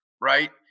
Right